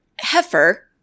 heifer